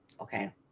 Okay